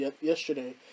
yesterday